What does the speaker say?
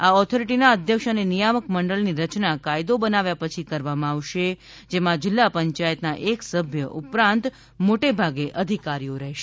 આ ઓથોરિટીના અધ્યક્ષ અને નિયામક મંડળની રચના કાયદો બનાવ્યા પછી કરવામાં આવશે જેમાં જિલ્લા પંચાયતના એક સભ્ય ઉપરાંત મોટેભાગે અધિકારીઓ રહેશે